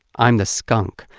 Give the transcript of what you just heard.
i'm the skunk,